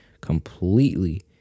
completely